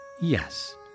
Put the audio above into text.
Yes